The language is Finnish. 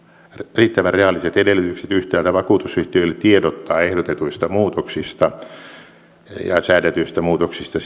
riittävän reaaliset edellytykset yhtäältä vakuutusyhtiöille tiedottaa ehdotetuista muutoksista ja siis säädetyistä muutoksista